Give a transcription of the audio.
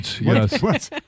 yes